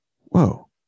Whoa